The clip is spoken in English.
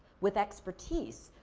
with expertise,